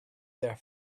their